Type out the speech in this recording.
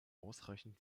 ausreichend